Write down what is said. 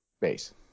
base